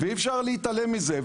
ואי אפשר להתעלם מזה,